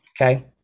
okay